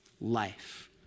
life